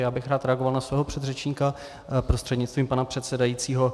Já bych rád reagoval na svého předřečníka prostřednictvím pana předsedajícího.